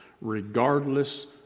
regardless